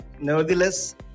nevertheless